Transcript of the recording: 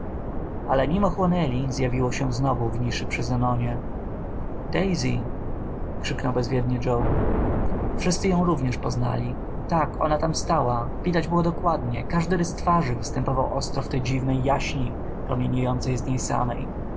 ale nim ochłonęli zjawiło się znowu w niszy przy zenonie daisy krzyknął bezwiednie joe wszyscy ją również poznali tak ona tam stała widać było dokładnie każdy rys twarzy występował ostro w tej dziwnej jaśni promieniejącej z niej samej